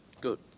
Good